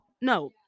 No